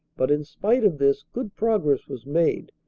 but in spite of this good progress was made,